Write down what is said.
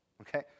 okay